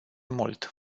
mult